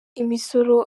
imisoro